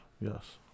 Yes